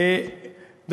האחת והיחידה.